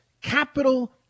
capital